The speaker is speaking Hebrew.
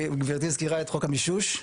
וגברתי הזכירה את חוק המישוש,